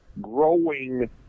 growing